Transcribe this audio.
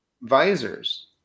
visors